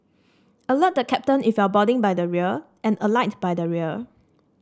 alert the captain if you're boarding by the rear and alight by the rear